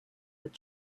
with